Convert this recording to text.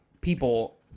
people